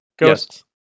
Yes